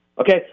okay